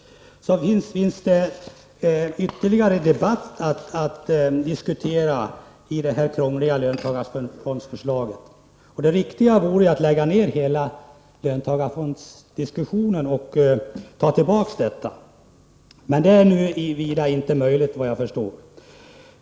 Så visst finns det anledning till ytterligare debatt om det här krångliga löntagarfondsförslaget. Det riktiga vore att lägga ned hela löntagarfondsfrågan och riva upp beslutet, men det är nu inte möjligt, såvitt jag förstår.